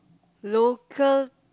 local